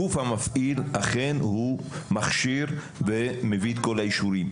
שהגוף המפעיל אכן מכשיר ומביא את האישורים?